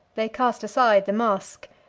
they cast aside the mask,